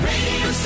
Radio